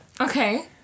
Okay